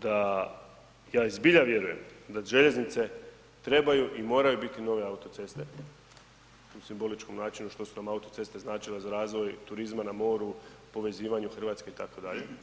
da ja i zbilja vjerujem da željeznice trebaju i moraju biti nove autoceste u simboličkom značenju što su nam autoceste značile za razvoj turizma na moru, povezivanju Hrvatske itd.